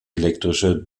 elektrische